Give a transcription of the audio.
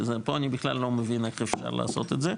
שפה אני בכלל לא מבין איך אפשר לעשות את זה.